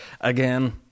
Again